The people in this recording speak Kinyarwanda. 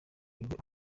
ujye